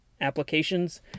applications